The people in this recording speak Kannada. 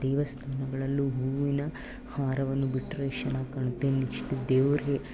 ದೇವಸ್ಥಾನಗಳಲ್ಲೂ ಹೂವಿನ ಹಾರವನ್ನು ಬಿಟ್ಟರೆ ಎಷ್ಟು ಚೆನ್ನಾಗಿ ಕಾಣುತ್ತೆ ನೆಕ್ಷ್ಟು ದೇವರಿಗೆ